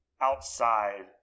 outside